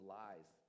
lies